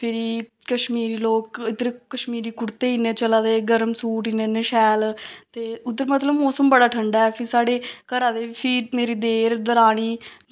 फिरी कश्मीरी लोग इद्धर कश्मीरी कुर्ते इन्ने चला दे गर्म सूट इ'न्ने इ'न्नै शैल ते उद्धर मौसम बड़ा ठंडा ऐ फ्ही साढ़े घरा दे बी मेरे देर दरानी